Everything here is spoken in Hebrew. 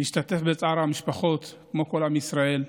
אני משתתף בצער המשפחות, כמו כל עם ישראל.